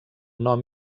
nom